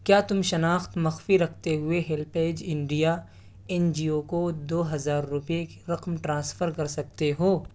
کیا تم شناخت مخفی رکھتے ہوئے HelpAge India N G O کو دو ہزار روپیے کی رقم ٹرانسفر کر سکتے ہو